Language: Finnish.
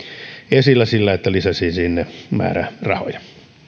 esillä sillä että lisäsi sinne määrärahoja